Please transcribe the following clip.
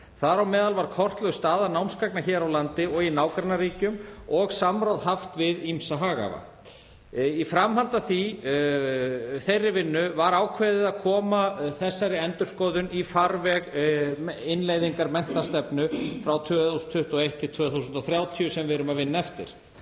þar á meðal var kortlögð staða námsgagna hér á landi og í nágrannaríkjum og samráð haft við ýmsa haghafa. Í framhaldi af þeirri vinnu var ákveðið að koma þessari endurskoðun í farveg innleiðingar menntastefnu frá 2021–2030 sem við erum að vinna eftir.